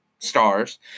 Stars